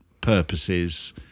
purposes